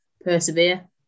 persevere